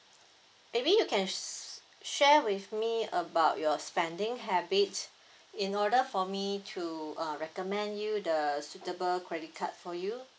maybe you can s~ share with me about your spending habits in order for me to uh recommend you the suitable credit card for you